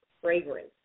fragrance